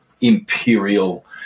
imperial